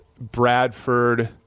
Bradford